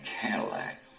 Cadillac